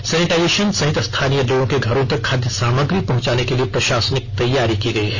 sanitisation सहित स्थानीय लोगों के घरों तक खाद्य सामग्री पहुंचाने के लिए प्रशासनिक तैयारी की गयी है